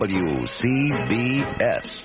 wcbs